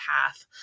path